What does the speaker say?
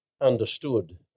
understood